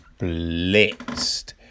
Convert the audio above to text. blitzed